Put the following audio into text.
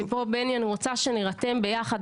ופה, בני, אני רוצה שנרתם ביחד.